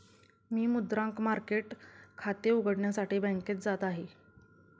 मी मुद्रांक मार्केट खाते उघडण्यासाठी बँकेत जात आहे